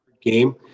game